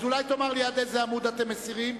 אז אולי תאמר לי עד איזה עמוד אתם מסירים.